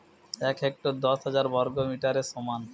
এক হেক্টর দশ হাজার বর্গমিটারের সমান